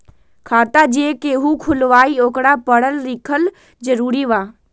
खाता जे केहु खुलवाई ओकरा परल लिखल जरूरी वा?